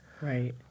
Right